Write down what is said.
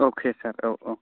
अके सार औ औ